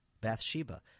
Bathsheba